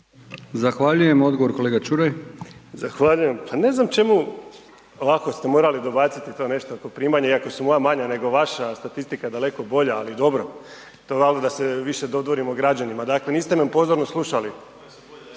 Zahvaljujem. Odgovor kolega Čuraj. **Čuraj, Stjepan (HNS)** Zahvaljujem. Pa ne znam čemu ovako ste morali dobaciti to nešto oko primanja iako su moja manja nego vaša, statistika daleko bolja, ali dobro, to valjda da se više dodvorimo građanima, dakle niste me pozorno slušali …/Upadica